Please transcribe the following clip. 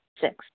Six